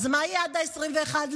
אז מה יהיה עד 21 באוקטובר?